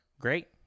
Great